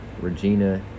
Regina